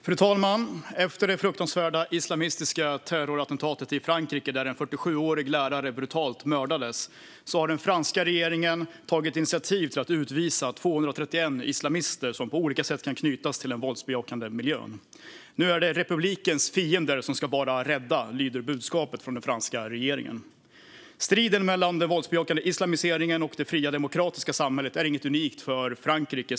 Fru talman! Efter det fruktansvärda islamistiska terrorattentatet i Frankrike där en 47-årig lärare brutalt mördades har den franska regeringen tagit initiativ till att utvisa 231 islamister som på olika sätt kan knytas till den våldsbejakande miljön. Nu är det republikens fiender som ska vara rädda, lyder budskapet från den franska regeringen. Striden mellan den våldsbejakande islamiseringen och det fria demokratiska samhället är inte unik för Frankrike.